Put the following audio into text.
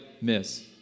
miss